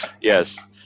Yes